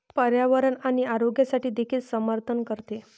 पर्यावरण आणि आरोग्यासाठी देखील समर्थन करते